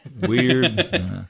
Weird